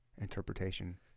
interpretation